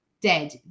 dead